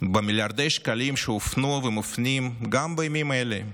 במיליארדי שקלים שהופנו, ומופנים גם בימים אלה,